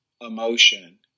emotion